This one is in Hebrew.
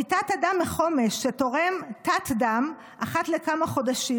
אני תת-אדם מחומש שתורם תת-דם אחת לכמה חודשים,